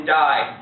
die